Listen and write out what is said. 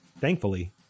Thankfully